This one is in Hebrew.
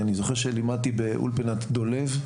אני זוכר שלימדתי באולפנת דולב,